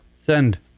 Send